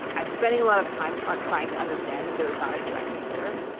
i'm spending a lot of time ah trying to understand that there is not a correct answer,